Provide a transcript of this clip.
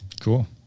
Cool